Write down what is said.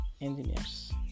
engineers